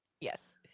Yes